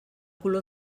color